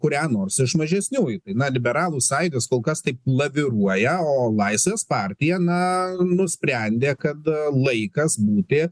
kurią nors iš mažesniųjų tai na liberalų sąjūdis kol kas taip laviruoja o laisvės partija na nusprendė kada laikas būti